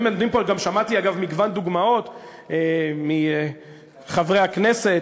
ושמעתי, אגב, מגוון דוגמאות מחברי הכנסת.